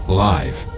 live